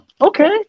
okay